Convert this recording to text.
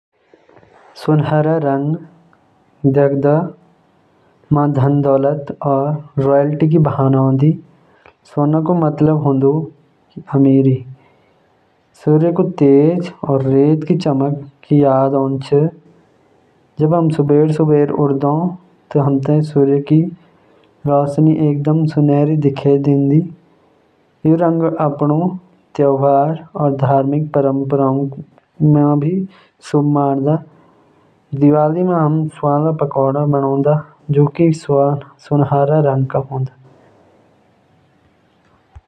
सुनहरा रंग देखदा म धन-दौलत और रॉयल्टी क भावना जागदा। सूर्य क तेज और रेत क चमक क याद आउंछ। यु रंग अपण त्योहार और धार्मिक परंपराओं म शुभ मानदा।